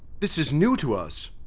this is new to us,